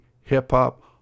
hip-hop